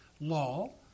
law